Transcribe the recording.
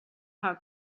how